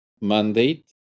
mandate